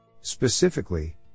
Specifically